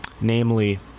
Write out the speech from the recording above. Namely